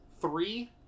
Three